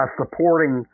supporting